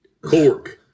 Cork